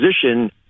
position